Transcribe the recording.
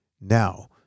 Now